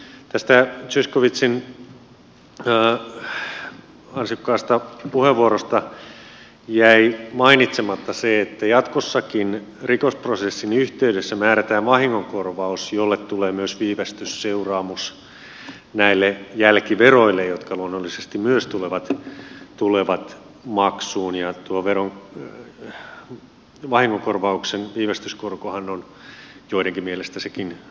tästä zyskowiczin ansiokkaasta puheenvuorosta jäi mainitsematta se että jatkossakin rikosprosessin yhteydessä määrätään vahingonkor vaus jolle tulee myös viivästysseuraamus näille jälkiveroille jotka luonnollisesti myös tulevat maksuun ja tuon vahingonkorvauksen viivästyskorkohan on joidenkin mielestä sekin rangaistusluontoinen